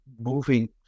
moving